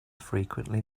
frequently